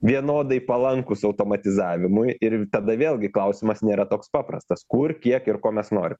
vienodai palankūs automatizavimui ir tada vėlgi klausimas nėra toks paprastas kur kiek ir ko mes norim